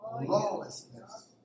Lawlessness